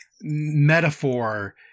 metaphor